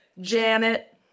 Janet